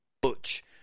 Butch